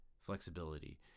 flexibility